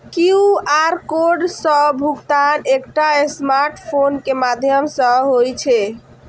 QR code सं भुगतान एकटा स्मार्टफोन के माध्यम सं होइ छै